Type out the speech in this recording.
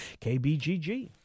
KBGG